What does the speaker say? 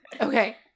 okay